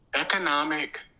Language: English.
economic